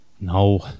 No